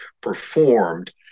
performed